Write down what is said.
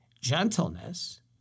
gentleness